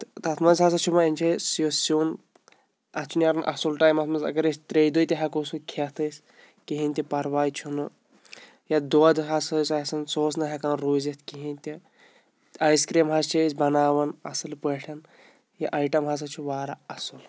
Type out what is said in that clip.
تہٕ تَتھ منٛز ہسا چھُ وۄنۍ جاے سیُن اَتھ چھُ نیران اَصُل ٹایِم اَتھ منٛز اَگر أسۍ ترٛیٚیہِ دۄہہِ تہِ ہٮ۪کو سُہ کھٮ۪تھ أسۍ کِہیٖنۍ تہِ پَرواے چھُنہٕ یا دۄد ہسا ٲسۍ آسان سُہ اوس نہٕ ہٮ۪کان روٗزِتھ کِہیٖنۍ تہِ آیِس کرٛیٖم حظ چھِ أسۍ بَناوان اَصٕل پٲٹھۍ یہِ آیٹَم ہسا چھُ وارٕ اَصٕل